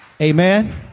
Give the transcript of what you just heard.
Amen